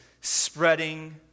spreading